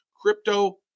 crypto